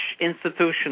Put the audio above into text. institution